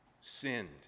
sinned